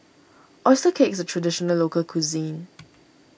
Oyster Cake is a Traditional Local Cuisine